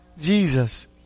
Jesus